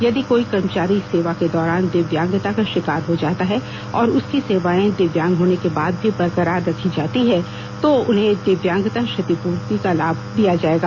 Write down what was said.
यदि कोई कर्मचारी सेवा के दौरान दिव्यांगता का शिकार हो जाता है और उसकी सेवाएँ दिव्यांग होने के बाद भी बरकरार रखी जाती हैं तो उन्हें दिव्यांगता क्षतिपूर्ति का लाभ दिया जाएगा